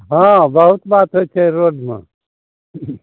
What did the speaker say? हँ बहुत बात होइ छै रोडमे